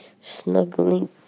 snuggling